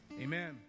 amen